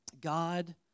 God